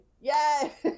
Yes